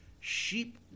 sheep